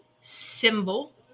symbol